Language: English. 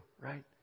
right